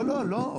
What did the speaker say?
לא, לא, לא.